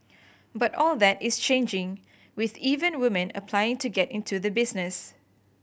but all that is changing with even women applying to get into the business